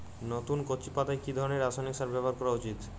নতুন কচি পাতায় কি ধরণের রাসায়নিক সার ব্যবহার করা উচিৎ?